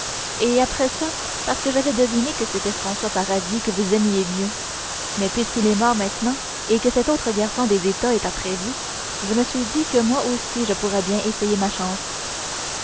et après ça parce que j'avais deviné que c'était françois paradis que vous aimiez mieux mais puisqu'il est mort maintenant et que cet autre garçon des états est après vous je me suis dit que moi aussi je pourrais bien essayer ma chance